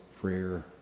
prayer